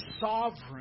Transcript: sovereign